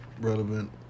relevant